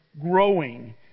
growing